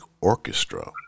Orchestra